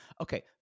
Okay